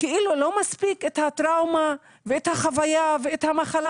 כאילו לא מספיק הטראומה והחוויה והמחלה,